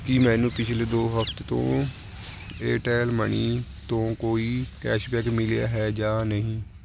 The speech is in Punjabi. ਕੀ ਮੈਨੂੰ ਪਿਛਲੇ ਦੋ ਹਫਤੇ ਤੋਂ ਏਅਰਟੈੱਲ ਮਨੀ ਤੋਂ ਕੋਈ ਕੈਸ਼ਬੈਕ ਮਿਲਿਆ ਹੈ ਜਾਂ ਨਹੀਂ